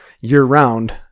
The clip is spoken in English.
year-round